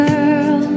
Girl